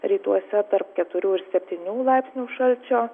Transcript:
rytuose tarp keturių ir septynių laipsnių šalčio